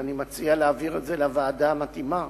אני מציע להעביר את הנושא לוועדה המתאימה,